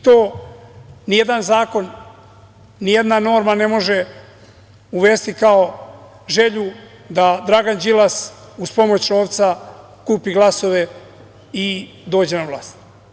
To ni jedan zakon, ni jedna norma ne može uvesti kao želju da Dragan Đilas uz pomoć novca kupi glasove i dođe na vlast.